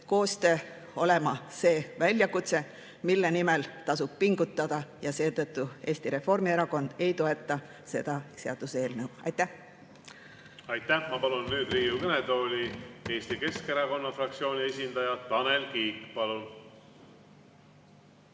koostöö olema see väljakutse, mille nimel tasub pingutada. Seetõttu Eesti Reformierakond ei toeta seda seaduseelnõu. Aitäh! Aitäh! Ma palun nüüd Riigikogu kõnetooli Eesti Keskerakonna fraktsiooni esindaja Tanel Kiige. Palun!